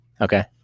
Okay